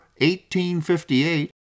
1858